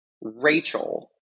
Rachel